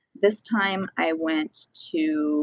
this time i went to